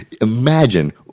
Imagine